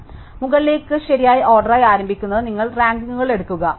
അതിനാൽ മുകളിലുള്ള ശരിയായ ഓർഡറായി ആരംഭിക്കുന്നതിന് നിങ്ങൾ റാങ്കിംഗുകൾ എടുക്കുക